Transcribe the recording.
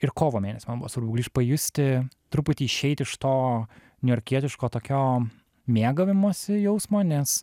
ir kovo mėnesį man buvo svarbu grįžt pajusti truputį išeit iš to niujorkietiško tokio mėgavimosi jausmo nes